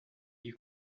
you